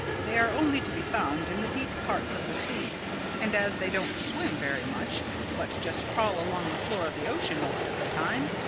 they are only to be found in the deep parts of the sea and as they don't swim very much but just crawl along the floor of the ocean most of the time,